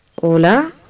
hola